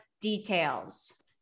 details